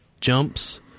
jumps